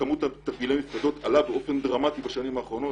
כמות תרגילי המפקדות עלתה באופן דרמטי בשנים האחרונות.